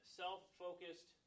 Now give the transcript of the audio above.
self-focused